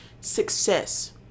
success